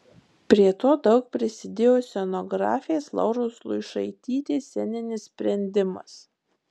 prie to daug prisidėjo scenografės lauros luišaitytės sceninis sprendimas